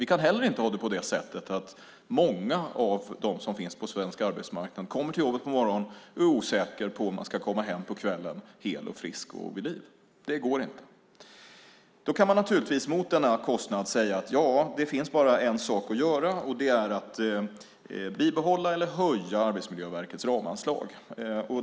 Vi kan heller inte ha det på det sättet att många av dem som finns på svensk arbetsmarknad kommer till jobbet på morgonen och är osäkra på om de ska komma hem på kvällen hela, friska och vid liv. Det går inte. Då kan man naturligtvis säga att det bara finns en sak att göra, och att det är att bibehålla eller höja Arbetsmiljöverkets ramanslag.